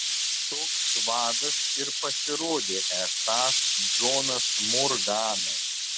toks vadas ir pasirodė esąs džonas morganas